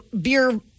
beer